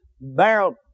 barrel